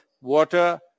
water